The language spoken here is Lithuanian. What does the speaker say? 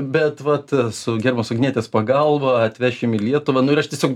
bet vat su gerbiamos agnetės pagalba atvešim į lietuvą nu ir aš tiesiog